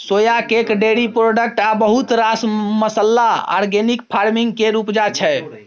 सोया cake, dairy product आ बहुत रास मसल्ला आर्गेनिक फार्मिंग केर उपजा छै